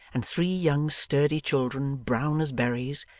and three young sturdy children, brown as berries.